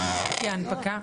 כי ההנפקה.